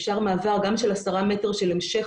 אפשר מעבר גם של 10 מטרים של המשך